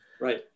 Right